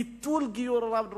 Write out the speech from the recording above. ביטול גיור הרב דרוקמן.